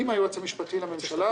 עם היועץ המשפטי לממשלה,